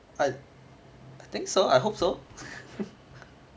I I think so I hope so